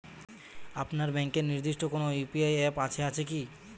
আপনার ব্যাংকের নির্দিষ্ট কোনো ইউ.পি.আই অ্যাপ আছে আছে কি?